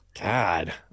God